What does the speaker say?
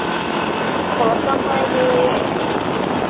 పులస అమ్మా ఇది